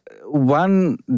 one